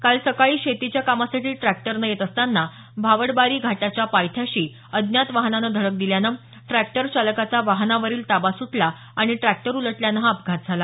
काल सकाळी शेतीच्या कामासाठी ट्रॅक्टरनं येत असताना भावडबारी घाटाच्या पायथ्याशी अज्ञात वाहनानं धडक दिल्यानं ट्रॅक्टर चालकाचा वाहनावरील ताबा सुटला आणि ट्रॅक्टर उलटल्यान हा अपघात झाला